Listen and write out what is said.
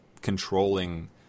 controlling